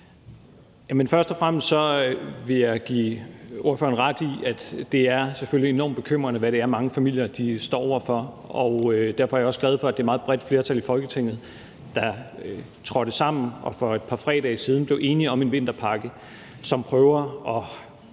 Først og fremmest vil jeg give ordføreren ret i, at det selvfølgelig er enormt bekymrende, hvad det er, mange familier står over for. Derfor er jeg også glad for, at det er et meget bredt flertal i Folketinget, der trådte sammen og for et par fredage siden blev enige om en vinterpakke, som prøver at